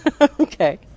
Okay